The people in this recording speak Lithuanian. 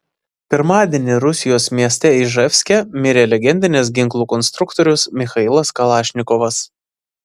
pirmadienį rusijos mieste iževske mirė legendinis ginklų konstruktorius michailas kalašnikovas